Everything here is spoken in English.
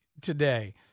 today